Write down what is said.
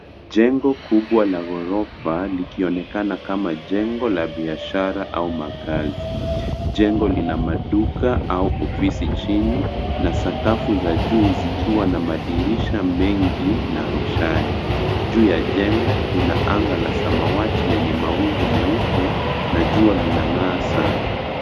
Jengo kubwa la ghorofa likionekana kama jengo la biashara au makaazi. Jengo lina maduka au ofisi chini na sakafu za juu zikiwa na madirisha mengi na roshani. Juu ya jengo kuna anga la samawati lenye mawingu meupe na jua linang'aa sana.